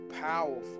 powerful